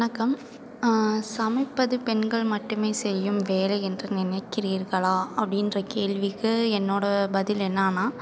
வணக்கம் சமைப்பது பெண்கள் மட்டும் செய்யும் வேலை என்று நினைக்கிறீர்களா அப்படின்ற கேள்விக்கு என்னோட பதில் என்னன்னா